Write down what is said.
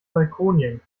balkonien